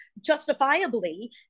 justifiably